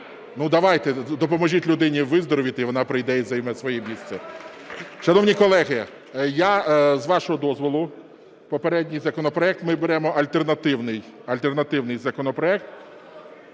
Ну давайте, допоможіть людині виздоровити, вона прийде і займе своє місце. Шановні колеги, я, з вашого дозволу, попередній законопроект ми беремо альтернативний,